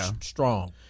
strong